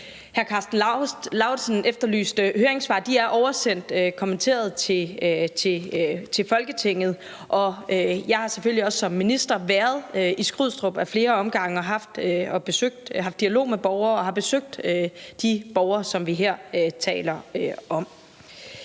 Hr. Karsten Lauritzen efterlyste høringssvarene, og de er oversendt kommenteret til Folketinget. Jeg har selvfølgelig også som minister været i Skrydstrup ad flere omgange, og jeg har haft dialog med borgerne og har besøgt de borgere, som vi her taler om.